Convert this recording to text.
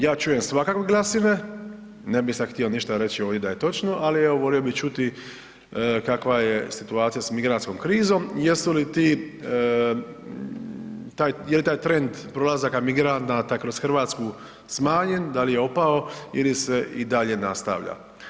Ja čujem svakakve glasine, ne bi sad htio ništa reći ovdi da je točno, ali evo voli bi čuti kakva je situacija s migrantskom krizom i jesu li ti, je li taj trend prolazaka migranata kroz RH smanjen, da li je opao ili se i dalje nastavlja?